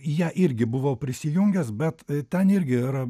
ją irgi buvo prisijungęs bet ten irgi yra